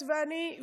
את ואני,